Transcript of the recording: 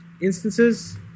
instances